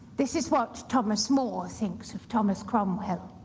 this is what thomas more thinks of thomas cromwell.